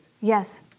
Yes